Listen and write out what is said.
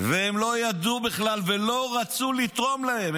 הם לא ידעו בכלל ולא רצו לתרום להם.